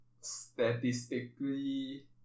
statistically